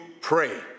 pray